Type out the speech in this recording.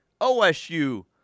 OSU